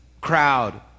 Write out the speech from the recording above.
crowd